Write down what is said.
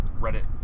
Reddit